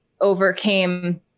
overcame